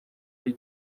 ari